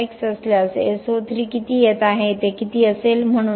NOx असल्यास SO3 किती येत आहे ते किती असेल